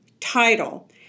title